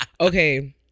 Okay